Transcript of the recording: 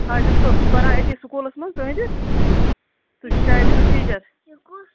ہازِم صٲب چھُو پَران أتی سکوٗلس منٛز تُہنٛدِس تُہۍ چھِو شاید أمِس ٹیچر